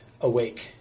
awake